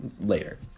later